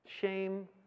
shame